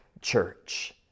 church